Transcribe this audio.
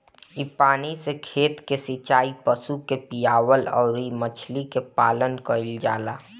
इ पानी से खेत कअ सिचाई, पशु के पियवला अउरी मछरी पालन कईल जाला